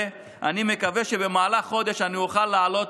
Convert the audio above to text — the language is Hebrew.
ואני מקווה שבמהלך החודש אני אוכל לעלות